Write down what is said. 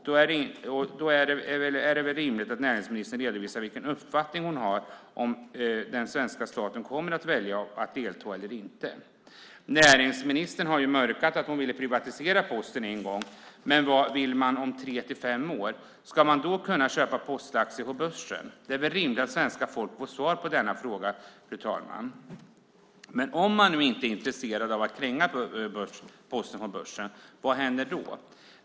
Då är det väl rimligt att näringsministern redovisar vilken uppfattning hon har, om den svenska staten kommer att välja att delta eller inte. Näringsministern har ju mörkat en gång att hon ville privatisera Posten. Men vad vill man om tre till fem år? Ska vi då kunna köpa postaktier på börsen? Det är rimligt att svenska folket får ett svar på denna fråga, fru talman. Men om man inte är intresserad av att kränga Posten på börsen, vad händer då?